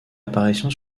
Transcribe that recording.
apparition